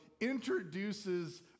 introduces